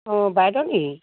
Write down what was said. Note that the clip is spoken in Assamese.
অঁ বাইদেউ নি